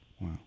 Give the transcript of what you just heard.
Wow